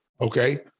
okay